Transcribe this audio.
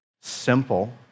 simple